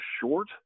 short